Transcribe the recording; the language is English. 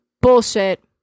Bullshit